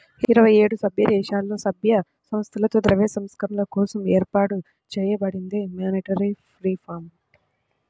ఇరవై ఏడు సభ్యదేశాలలో, సభ్య సంస్థలతో ద్రవ్య సంస్కరణల కోసం ఏర్పాటు చేయబడిందే మానిటరీ రిఫార్మ్